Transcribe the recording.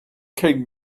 kid